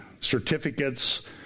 certificates